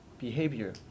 behavior